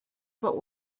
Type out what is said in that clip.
about